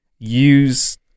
use